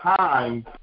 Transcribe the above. time